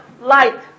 light